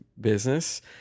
business